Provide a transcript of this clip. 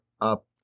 up